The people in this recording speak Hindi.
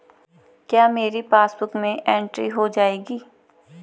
क्या मेरी पासबुक में एंट्री हो जाएगी?